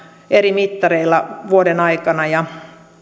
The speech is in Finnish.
eri mittareilla vuoden aikana ja